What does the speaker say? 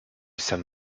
saint